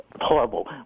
Horrible